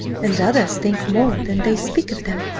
and others think more than they speak of them,